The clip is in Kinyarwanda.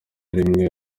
rimwe